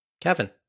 Kevin